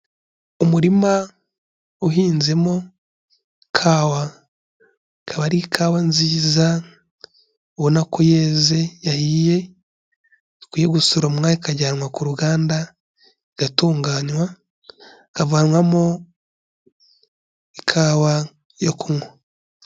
Umurima uhinzemo kawa ikaba ari ikawa nziza ubona ko yeze yahiye, ikwiye gusuromwa ikajyanwa ku ruganda igatunganywa, ikavanwamo ikawa yo kunywa.